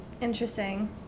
Interesting